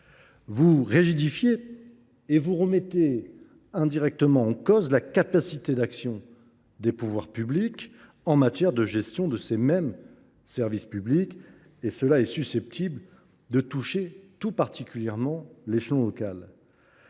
vous rigidifiez le système et vous remettez indirectement en cause la capacité d’action des pouvoirs publics en matière de gestion des services publics. Une telle évolution est susceptible de toucher tout particulièrement l’échelon local,